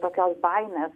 tokios baimės